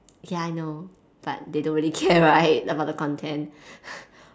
ya I know but they don't really care right about the content